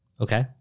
Okay